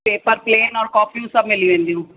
paper plane और कॉपियूं सभु मिली वेंदियूं